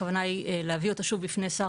הכוונה היא להביא אותה שוב בפני שר